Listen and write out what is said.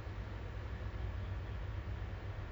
right now then I feel that